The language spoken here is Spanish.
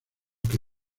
que